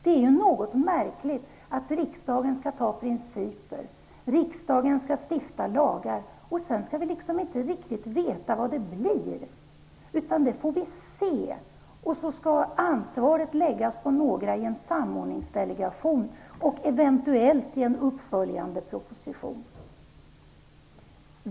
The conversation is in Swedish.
Det är något märkligt att riksdagen skall fatta principbeslut och stifta lagar utan att vi riktigt vet vad som kommer att hända. Det får vi se. Ansvaret skall läggas på några personer i en samordningsdelegation, och eventuellt kommer en uppföljande proposition.